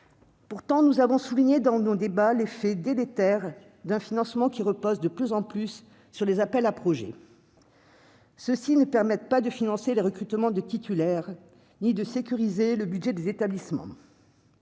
Pourtant, nous avons souligné dans nos débats l'effet délétère d'un financement qui repose de plus en plus sur les appels à projets. Ceux-ci ne permettent pas de financer le recrutement de titulaires ni de sécuriser le budget des établissements.